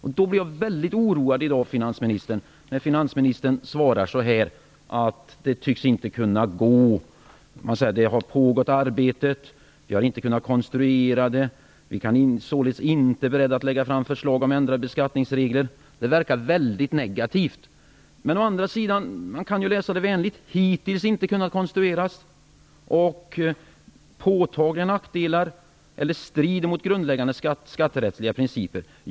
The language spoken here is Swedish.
Jag blir då väldigt oroad i dag, när finansministern svarar att det inte tycks kunna gå, att det har pågått arbete, att man inte har kunnat konstruera det och att man inte är beredd att lägga fram förslag om ändrade beskattningsregler. Det verkar väldigt negativt. Men å andra sidan kan man läsa svaret vänligt. Det står att det "hittills inte kunnat konstrueras". Det talas om "påtagliga nackdelar" och att det "strider mot grundläggande skatterättsliga principer".